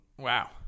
Wow